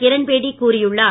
கிரண் பேடி கூறியுள்ளார்